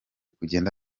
kugenda